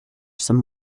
some